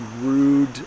rude